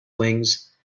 wings